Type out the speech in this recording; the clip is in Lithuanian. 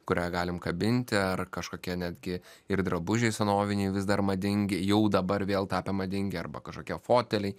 kurią galim kabinti ar kažkokie netgi ir drabužiai senoviniai vis dar madingi jau dabar vėl tapę madingi arba kažkokie foteliai